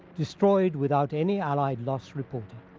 destroyed without any allied loss reported.